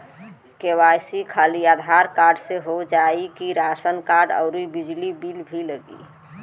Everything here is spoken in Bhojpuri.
के.वाइ.सी खाली आधार कार्ड से हो जाए कि राशन कार्ड अउर बिजली बिल भी लगी?